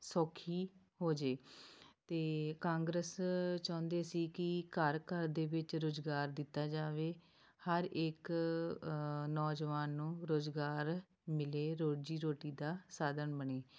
ਸੌਖੀ ਹੋ ਜੇ ਅਤੇ ਕਾਂਗਰਸ ਚਾਹੁੰਦੇ ਸੀ ਕਿ ਘਰ ਘਰ ਦੇ ਵਿੱਚ ਰੁਜ਼ਗਾਰ ਦਿੱਤਾ ਜਾਵੇ ਹਰ ਇੱਕ ਨੌਜਵਾਨ ਨੂੰ ਰੁਜ਼ਗਾਰ ਮਿਲ਼ੇ ਰੋਜ਼ੀ ਰੋਟੀ ਦਾ ਸਾਧਨ ਬਣੇ